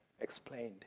explained